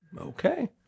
Okay